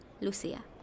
Lucia